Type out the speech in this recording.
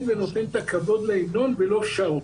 ונותן את הכבוד להמנון ולא שר אותו,